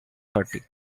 thirty